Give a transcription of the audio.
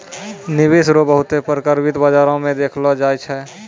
निवेश रो बहुते प्रकार वित्त बाजार मे देखलो जाय छै